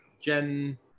jen